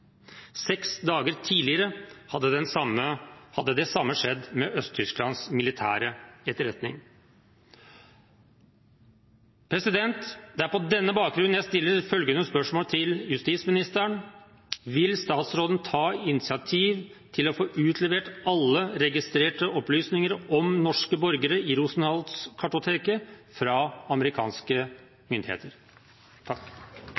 Seks dager tidligere hadde det samme skjedd med Øst-Tysklands militære etterretning. Det er på denne bakgrunn jeg stiller følgende spørsmål til justisministeren: Vil statsråden ta initiativ til å få utlevert fra amerikanske myndigheter alle registrerte opplysninger om norske borgere i